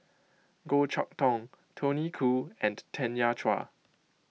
Goh Chok Tong Tony Khoo and Tanya Chua